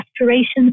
aspirations